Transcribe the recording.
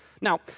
Now